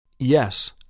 Yes